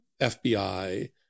FBI